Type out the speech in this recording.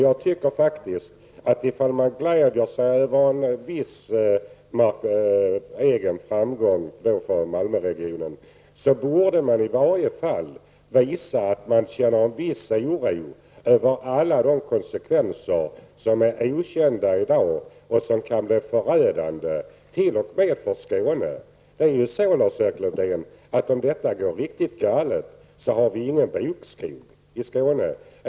Jag tycker faktiskt om man gläder sig över en viss framgång för Malmöregionen, så borde man i varje fall visa att man känner en viss oro för alla de konsekvenser som är okända i dag och som kan bli förödande, t.o.m. för Skåne. Det är ju så, Lars Erik Lövdén, att om detta går riktigt galet har vi ingen bokskog i Skåne.